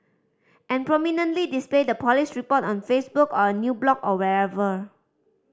and prominently display the police report on Facebook or a new blog or wherever